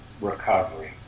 recovery